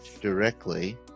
directly